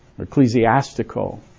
ecclesiastical